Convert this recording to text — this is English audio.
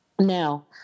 now